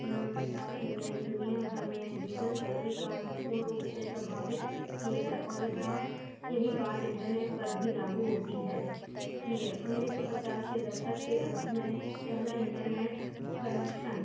नवाचार ने दुनियाभर में जीवन शैली को महत्वपूर्ण रूप से प्रभाविक किया है और यह यही बात इन्टरनेट पर भी लागू होती है चुकी है उन्नीस सौ पचास के दशक के अंत में पहला इन्टरनेट कनेक्शन